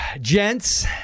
gents